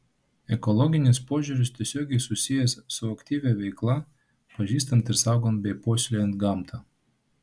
ekologinis požiūris tiesiogiai susijęs su aktyvia veikla pažįstant ir saugant bei puoselėjant gamtą